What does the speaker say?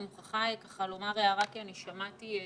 אני מוכרחה לומר הערה כי שמעתי שיח,